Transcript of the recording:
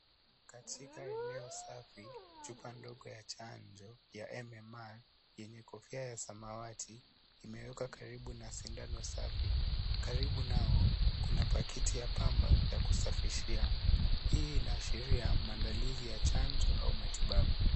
Katika eneo safi, chupa ndogo ya chanjo ya MMR yenye kofia ya samawati, imewekwa karibu na sindano safi. Karibu nao kuna pakiti ya pamba ya kusafishia. Hii inaashiria maandalizi ya chanjo au matibabu.